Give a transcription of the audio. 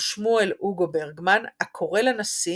ושמואל הוגו ברגמן, הקורא לנשיא